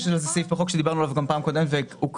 יש סעיף בחוק שדיברנו עליו בפעם הקודמת והוא הוקרא,